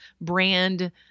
brand